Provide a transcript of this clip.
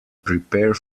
prepare